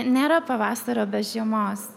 nėra pavasario be žiemos